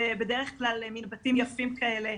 זה בדרך כלל מן בתים יפים כאלה.